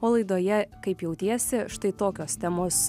o laidoje kaip jautiesi štai tokios temos